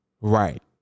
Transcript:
Right